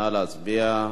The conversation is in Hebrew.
נא להצביע.